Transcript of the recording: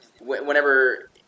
whenever